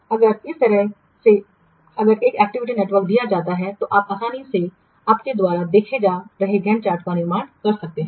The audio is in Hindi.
अगर इस तरह से अगर एक एक्टिविटी नेटवर्क दिया जाता है तो आप आसानी से आपके द्वारा देखे जा रहे गैंट चार्ट का निर्माण कर सकते हैं